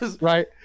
Right